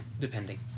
depending